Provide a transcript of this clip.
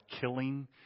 killing